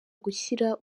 gushyira